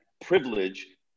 privilege